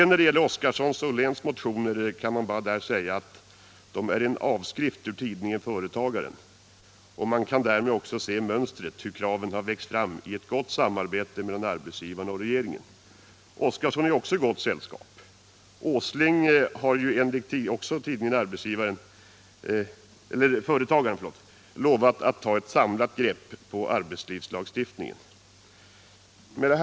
När det gäller Oskarsons och Olléns motioner kan bara sägas att dessa är avskrift ur tidningen Företagaren. Man kan därmed också se mönstret, hur kraven har växt fram i gott samarbete mellan arbetsgivarna och regeringen. Gunnar Oskarson är också i gott sällskap. Herr Åsling har ju också enligt tidningen Företagaren lovat att ta ett samlat grepp på arbetslivslagstiftningen. Herr talman!